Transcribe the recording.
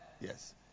Yes